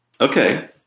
Okay